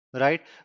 right